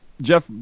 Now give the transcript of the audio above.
Jeff